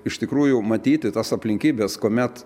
iš tikrųjų matyti tas aplinkybes kuomet